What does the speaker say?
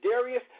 Darius